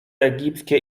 egipskie